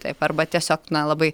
taip arba tiesiog na labai